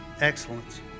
excellence